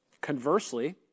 Conversely